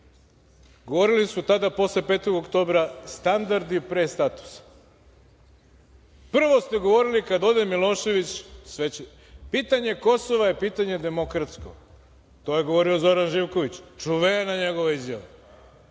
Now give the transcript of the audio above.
govorili su tada posle Petog oktobra, standardi pre statusa. Prvo ste govorili, kada ode Milošević, sve će, pitanje Kosova je pitanje demokratsko. To je govorio Zoran Živković, čuvena njegova izjava,